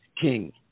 King